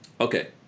Okay